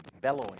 bellowing